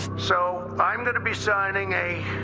so i'm going to be signing a